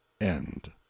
end